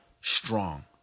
strong